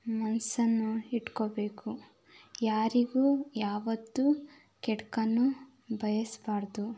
ಮನಸ್ಸನ್ನ ಇಟ್ಕೋಬೇಕು ಯಾರಿಗೂ ಯಾವತ್ತೂ ಕೆಡುಕನ್ನು ಬಯಸಬಾರ್ದು